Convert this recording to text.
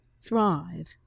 thrive